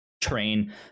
Train